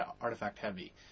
artifact-heavy